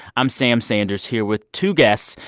i'm sam sanders here with two guests,